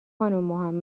خانم